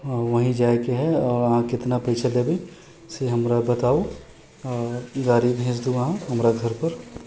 हऽ वही जाइके हय आओर अहाँ केतना पैसा लेबै से अहाँ हमरा बताउ अऽ गाड़ी भेज दू अहाँ हमरा घरपर